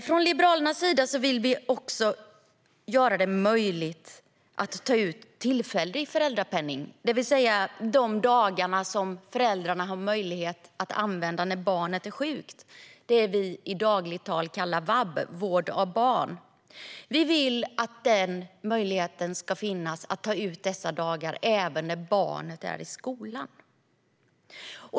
Från Liberalernas sida vill vi också göra det möjligt att ta ut tillfällig föräldrapenning, det vill säga de dagar som föräldrarna att möjlighet att använda när barnet är sjukt. Det är vad vi i dagligt tal kallar vab, vård av barn. Vi vill att möjligheten ska finnas att ta ut dessa dagar även när barnet är i skolan.